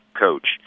coach